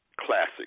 classic